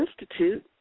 Institute